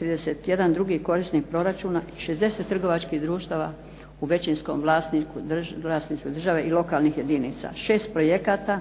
31 drugi korisnik proračuna, 60 trgovačkih društava u većinskom vlasništvu države i lokalnih jedinica, 6 projekata,